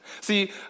See